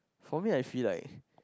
for me I feel like